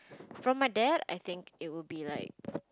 from my dad I think it would be like